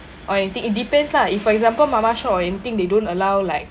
or I think it depends lah if for example mama shop or anything they don't allow like